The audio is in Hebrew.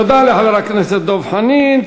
תודה לחבר הכנסת דב חנין.